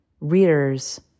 readers